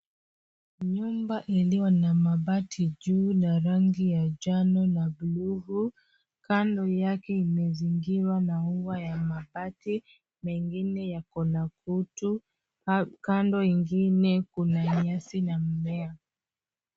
Nyumba iliyo na mabati juu ya rangi ya njano na bluu. Kando yake imezingirwa na ua ya mabati, mengine yakona kutu. Kando ingine kuna nyasi na mimea.